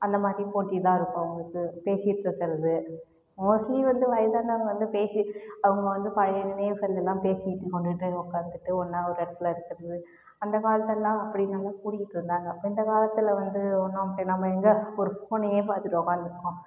அந்த மாரி போட்டிலாம் இருக்கும் அவங்களுக்கு பேசிகிட்ருக்குறது மோஸ்ட்லீ வந்து வயசானவங்க வந்து பேசி அவங்க வந்து பழைய நினைவுகள் எல்லாம் பேசிகிட்டு உட்காந்துட்டு ஒன்னாக ஒரு இடத்தில் இருக்கிறது அந்த காலத்துலலாம் அப்படி நல்லா ஓடிக்கிட்டுருந்தாங்க இந்த காலத்தில் வந்து ஒன்றும் பண்ணாமல் எங்கள் ஒரு ஃபோனையே பார்த்துட்டு உட்காந்துருக்கோம்